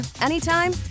anytime